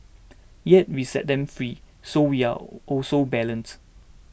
yet we set them free so we are also balanced